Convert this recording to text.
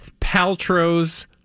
Paltrow's